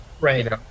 Right